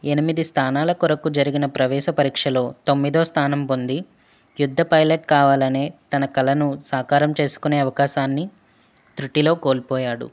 ఎనిమిది స్థానాల కొరకు జరిగిన ప్రవేశ పరీక్షలో తొమ్మిదో స్థానం పొంది యుద్ధ పైలట్ కావాలనే తన కలను సాకారం చేసుకునే అవకాశాన్ని తృటిలో కోల్పోయాడు